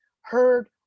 heard